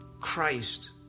Christ